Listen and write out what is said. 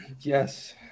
Yes